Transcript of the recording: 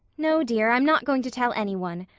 no, dear, i'm not going to tell any one.